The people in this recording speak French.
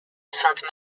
sainte